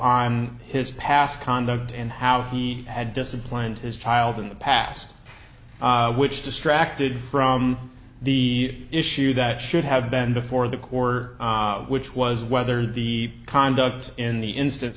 on his past conduct and how he had disciplined his child in the past which distracted from the issue that should have been before the core which was whether the conduct in the instance